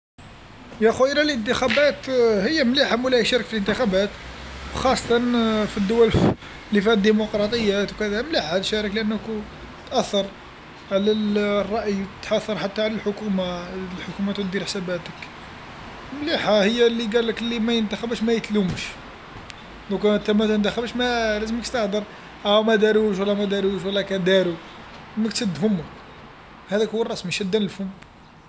يا اخويا أنا الإنتخابات هي مليحه مولاي يشارك في الإنتخابات خاصة في الدول لي فيها الديموقراطيات وكذا مليحه هاذ شي لأنو تأثر على الرأي تأثر حتى على الحكومه الحكومات ودير حساباتك مليحه هي لي قال لك لي ما ينتخبش ما يتلومش ذوكا نتا متنتخبش ملازمكش تهدر آه مداروش ولا مداروش ولا كان دارو سموك تسد فمك هذاك هو الرسمي شد الفم.